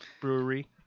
Brewery